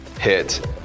hit